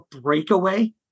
breakaway